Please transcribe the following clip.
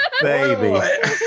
baby